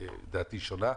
דעתי שונה.